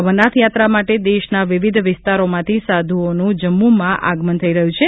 અમરનાથ યાત્રા માટે દેશના વિવિધ વિસ્તારોમાંથી સાધુઓનું જમ્મુમાં આગમન થઇ રહ્યું છે